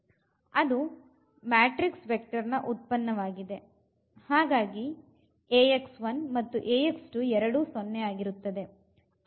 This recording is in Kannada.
ಅದು ಮ್ಯಾಟ್ರಿಕ್ಸ್ ವೆಕ್ಟರ್ ಉತ್ಪನ್ನವಾಗಿದೆ ಹಾಗಾಗಿ ಮತ್ತು ಎರಡು 0 ಆಗಿರುತ್ತದೆ